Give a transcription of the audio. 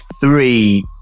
three